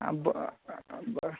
आं बरें